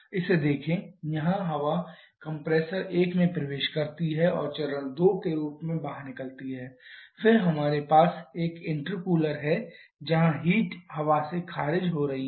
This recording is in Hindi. इसे देखें यहां हवा कंप्रेसर 1 में प्रवेश करती है और चरण 2 के रूप में बाहर निकलती है फिर हमारे पास एक इंटरकूलर है जहां ऊष्मा हवा से खारिज हो रही है